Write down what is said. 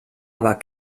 aber